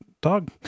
dog